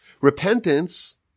Repentance